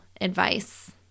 advice